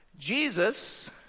Jesus